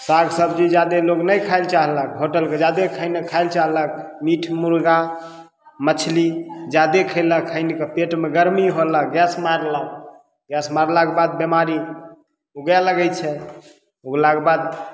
साग सब्जी जादे लोग नहि खाइ लए चाहलक होटलके जादे खाइ लए चाहलक मीट मुर्गा मछली जादे खयलक पेटमे गरमी होलक गैस मारलक गैस मारलाके बाद बीमारी उगय लगय छै उगलाके बाद